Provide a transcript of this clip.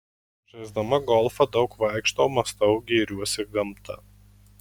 žaisdama golfą daug vaikštau mąstau gėriuosi gamta